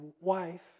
wife